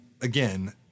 again